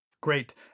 Great